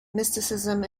mysticism